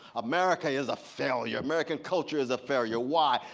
america is a failure, american culture is a failure. why?